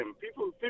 People